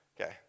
Okay